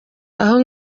aho